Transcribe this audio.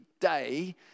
day